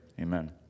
Amen